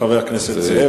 חבר הכנסת זאב,